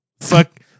Fuck